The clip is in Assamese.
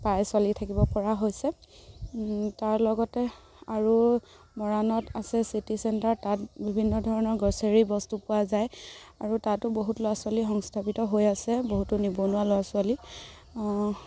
পাই চলি থাকিব পৰা হৈছে তাৰ লগতে আৰু মৰাণত আছে চিটি চেণ্টাৰ তাত বিভিন্ন ধৰণৰ গ্ৰ'চেৰী বস্তু পোৱা যায় আৰু তাতো বহুত ল'ৰা ছোৱালী সংস্থাপিত হৈ আছে বহুতো নিবনুৱা ল'ৰা ছোৱালী